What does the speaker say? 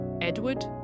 Edward